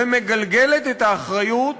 ומגלגלת את האחריות,